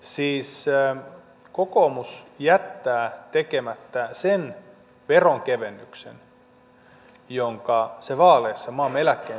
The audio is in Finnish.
siis kokoomus jättää tekemättä sen veronkevennyksen jonka se vaaleissa maamme eläkkeensaajille lupasi